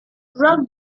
road